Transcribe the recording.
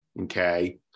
okay